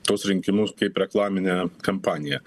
tuos rinkimus kaip reklaminę kampaniją